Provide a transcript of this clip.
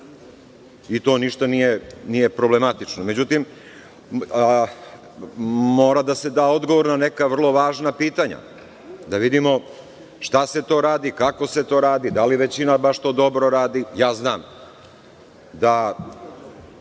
i to ništa nije problematično. Međutim, mora da se da odgovor na neka vrlo važna pitanja - da vidimo šta se to radi, kako se to radi, da li većina baš to dobro radi? Znam da